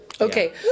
Okay